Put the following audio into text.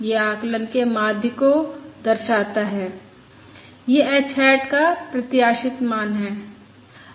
यह आकलन के माध्य को दर्शाता है यह h हैट का प्रत्याशित मान है